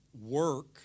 work